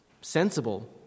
sensible